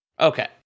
Okay